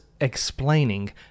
explaining